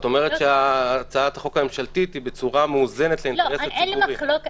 את אומרת שהצעת החוק הממשלתית היא בצורה מאוזנת לאינטרס הציבורי.